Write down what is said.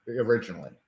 originally